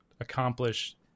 accomplish